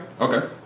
Okay